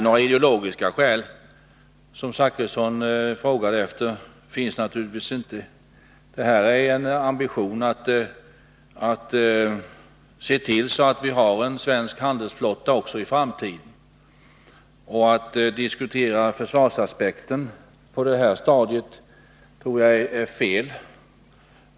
Några ideologiska skäl, som Bertil Zachrisson frågade efter, finns naturligtvis inte. Vår ambition är att se till att vi har en svensk handelsflotta också i framtiden. Att diskutera försvarsaspekten på detta stadium tror jag är fel.